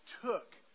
took